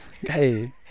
Hey